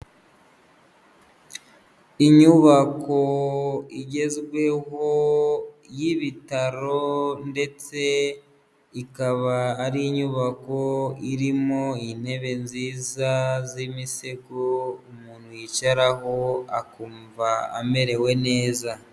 Inyubako igezweho y'ibitaro, ndetse ikaba ari inyubako irimo intebe nziza z'imisego, umuntu yicaraho akumva amerewe neza.